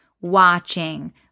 watching